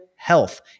health